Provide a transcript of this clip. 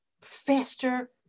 faster